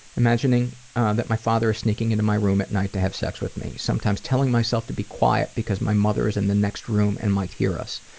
imagining that my father is sneaking into my room at night to have sex with me. sometimes telling myself to be quiet because my mother is in the next room and might hear us.